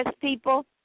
people